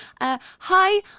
Hi